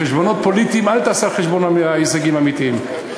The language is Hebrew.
חשבונות פוליטיים אל תעשה על חשבון ההישגים האמיתיים.